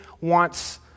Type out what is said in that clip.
wants